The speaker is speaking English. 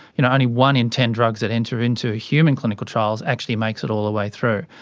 you know only one in ten drugs that enter into human clinical trials actually makes it all the way through.